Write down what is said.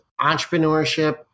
entrepreneurship